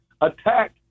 attack